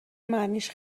معنیش